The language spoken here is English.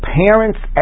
parents